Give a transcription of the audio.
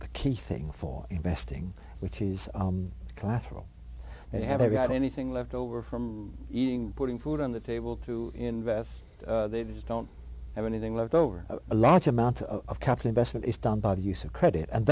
the key thing for investing which is collateral they haven't got anything left over from eating putting food on the table to invest they just don't have anything left over a large amount of caps investment is done by the use of credit and